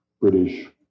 British